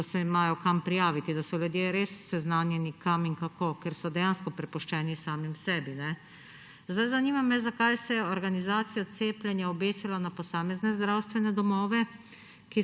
da se imajo kam prijaviti, da so ljudje res seznanjeni kam in kako, ker so dejansko prepuščeni samim sebi. Zanima me: Zakaj se je organizacija cepljenja obesila na posamezne zdravstvene domove,